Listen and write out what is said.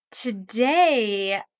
Today